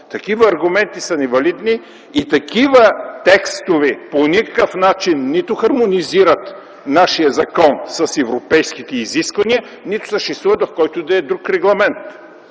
Такива аргументи са невалидни и такива текстове по никакъв начин нито хармонизират нашия закон с европейските изисквания, нито съществуват в който и да е друг регламент.